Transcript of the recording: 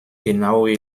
genaue